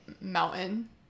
mountain